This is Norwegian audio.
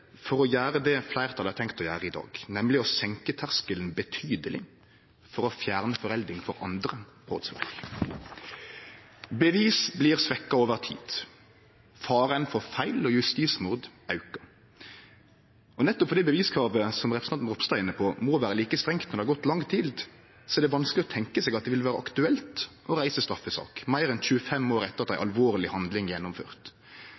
for å gjere det fleirtalet har tenkt å gjere i dag, nemleg å senke terskelen betydeleg for å fjerne forelding for andre brotsverk. Bevis blir svekte over tid, og faren for feil og justismord aukar. Nettopp fordi beviskravet, som representanten Ropstad var inne på, må vere like strengt når det har gått lang tid, er det vanskeleg å tenkje seg at det vil vere aktuelt å reise straffesak meir enn 25 år etter at ei alvorleg handling er gjennomført.